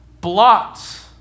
blots